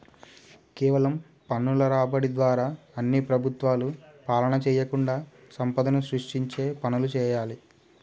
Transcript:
కేవలం పన్నుల రాబడి ద్వారా అన్ని ప్రభుత్వాలు పాలన చేయకుండా సంపదను సృష్టించే పనులు చేయాలి